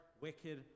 wicked